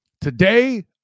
Today